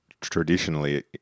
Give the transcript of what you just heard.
traditionally